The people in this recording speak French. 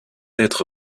être